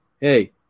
hey